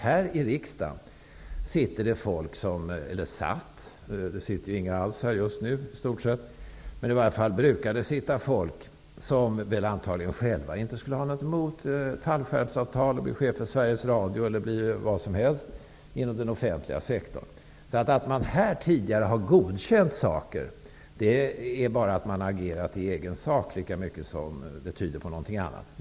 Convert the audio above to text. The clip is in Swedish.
Här i riksdagen satt tidigare ofta människor -- just nu finns det i stort sett ingen här i kammaren -- som själva antagligen inte skulle ha något emot fallskärmsavtal, att bli chef för Sveriges Radio eller vad det nu kan vara fråga om inom den offentliga sektorn. Att man här tidigare har godkänt förhållanden tyder lika mycket på att man har agerat i egen sak som på någonting annat.